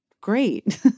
great